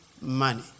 money